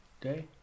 Day